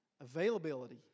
availability